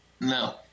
No